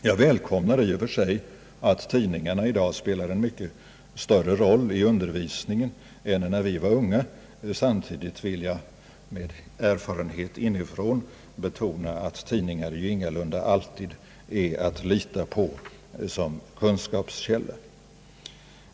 Jag välkomnar i och för sig att tidningarna i dag spelar en mycket större roll i undervisningen än då vi var unga. Samtidigt vill jag, med erfarenhet inifrån, betona att tidningar ingalunda alltid är att lita på som kunskapskälla.